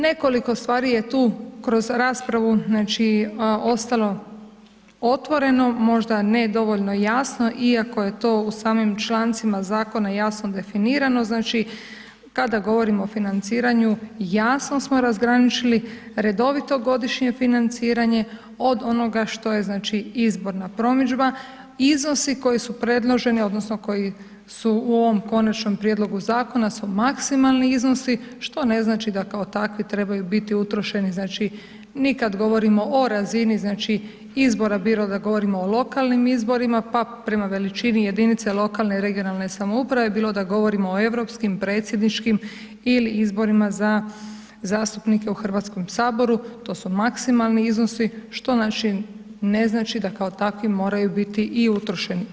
Nekoliko stvari je tu kroz raspravu, znači, ostalo otvoreno, možda ne dovoljno jasno iako je to u samim člancima zakona jasno definirano, znači, kada govorimo o financiranju, jasno smo razgraničili redovito godišnje financiranje od onoga što je znači izborna promidžba, iznosi koji su predloženi odnosno koji su u ovom Konačnom prijedlogu Zakona su maksimalni iznosi što ne znači da kao takvi trebaju biti utrošeni, znači, ... govorimo o razini, znači, izbora, bilo da govorimo o lokalnim izborima pa prema veličini jedinice lokalne i regionalne samouprave, bilo da govorimo o europskim, predsjedničkim ili izborima za zastupnike u Hrvatskom saboru, to su maksimalni iznosi, što znači ne znači da kao takvi moraju biti i utrošeni.